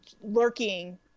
lurking